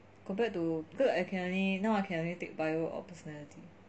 compared to cause I can only now I can only take bio or personality